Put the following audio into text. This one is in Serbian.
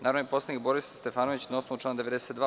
Narodni poslanik Borislav Stefanović, na osnovu člana 92.